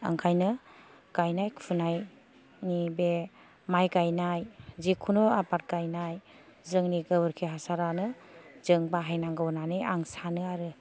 ओंखायनो गायनाय फुनायनि बे माय गायनाय जेखुनु आबाद गायनाय जोंनि गोबोरखि हासारानो जों बाहायनांगौ होननानै आं सानो आरो